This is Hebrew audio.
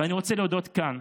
ואני רוצה להודות כאן